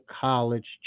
college